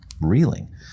reeling